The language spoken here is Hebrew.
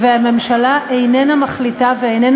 והממשלה איננה מחליטה ואיננה,